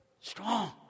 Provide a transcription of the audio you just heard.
Strong